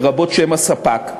לרבות שם הספק.